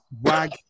Wag